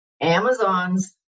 Amazon's